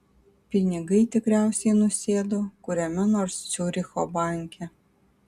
pinigai tikriausiai nusėdo kuriame nors ciuricho banke